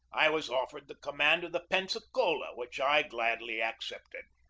i was offered the command of the pensacola, which i gladly accepted.